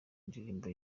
ndirimbo